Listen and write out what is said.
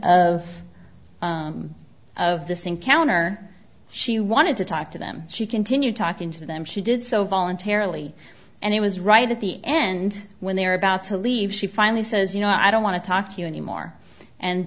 of of this encounter she wanted to talk to them she continued talking to them she did so voluntarily and it was right at the end when they're about to leave she finally says you know i don't want to talk to you anymore and